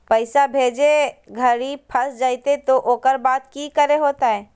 पैसा भेजे घरी फस जयते तो ओकर बाद की करे होते?